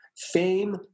Fame